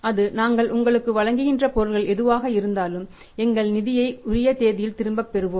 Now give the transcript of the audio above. அது நாங்கள் உங்களுக்கு வழங்குகின்ற பொருட்கள் எதுவாக இருந்தாலும் எங்கள் நிதியை உரிய தேதியில் திரும்பப் பெறுவோம்